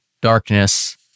darkness